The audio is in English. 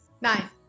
Nine